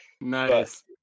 Nice